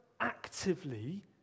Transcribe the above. actively